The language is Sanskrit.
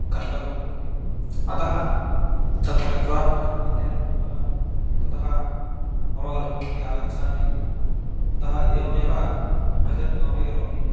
कर्तव्यं भवति अतः तत्र गत्वा अध्ययनं कृत्वा ततः मम गृहं प्रति आगच्छामि ततः एवमेव अपि करोमि